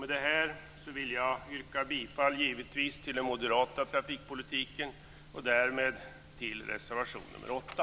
Med detta vill jag yrka bifall till den moderata trafikpolitiken och därmed till reservation nr 8.